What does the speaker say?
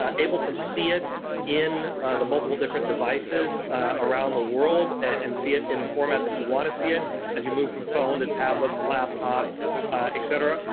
ah able to see it in the multiple different devices around the world and see it in the format you want to see it as you move from phone, to tablet, to laptop etc,